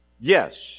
Yes